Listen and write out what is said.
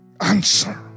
answer